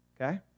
Okay